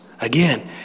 Again